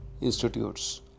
institutes